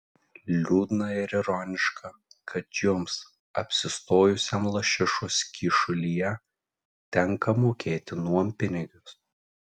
liūdna ir ironiška kad jums apsistojusiam lašišos kyšulyje tenka mokėti nuompinigius